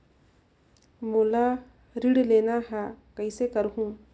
मोला ऋण लेना ह, कइसे करहुँ?